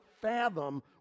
fathom